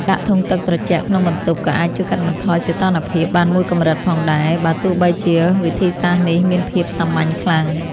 ដាក់ធុងទឹកត្រជាក់ក្នុងបន្ទប់ក៏អាចជួយកាត់បន្ថយសីតុណ្ហភាពបានមួយកម្រិតផងដែរបើទោះបីជាវិធីសាស្ត្រនេះមានភាពសាមញ្ញខ្លាំង។